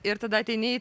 ir tada ateini